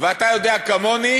ואתה יודע כמוני,